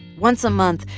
once a month,